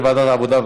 לוועדת העבודה,